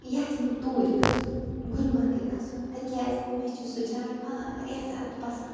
یَژھٕ بہٕ توٗرۍ گَژھُن گُلمرگٕے گَژھُن تِکیٛازِ مےٚ چھُ سُہ جاے وارِیاہ زیادٕ پسند